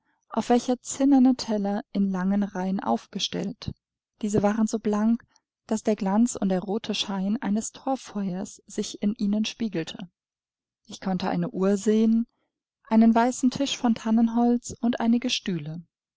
auf welcher zinnerne teller in langen reihen aufgestellt diese waren so blank daß der glanz und der rote schein eines torffeuers sich in ihnen spiegelte ich konnte eine uhr sehen einen weißen tisch von tannenholz und einige stühle